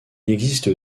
existe